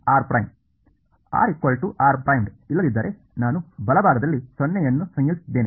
r r 'ಇಲ್ಲದಿದ್ದರೆ ನಾನು ಬಲಭಾಗದಲ್ಲಿ 0 ಅನ್ನು ಸಂಯೋಜಿಸುತ್ತಿದ್ದೇನೆ